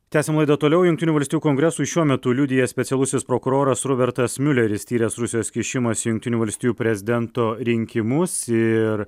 tęsiam laidą toliau jungtinių valstijų kongresui šiuo metu liudija specialusis prokuroras rubertas miuleris tyręs rusijos kišimąsi į jungtinių valstijų prezidento rinkimus ir